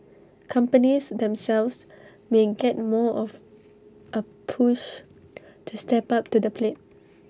companies themselves may get more of A push to step up to the plate